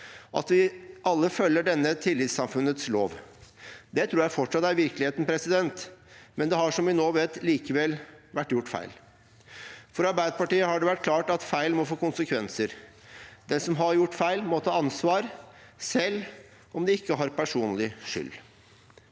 at vi alle følger denne tillitsamfunnets lov. Det tror jeg fortsatt er virkeligheten, men som vi nå vet, har det likevel vært gjort feil. For Arbeiderpartiet har det vært klart at feil må få konsekvenser. Den som har gjort feil, må ta ansvar, selv om de ikke har personlig skyld.